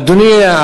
אדוני,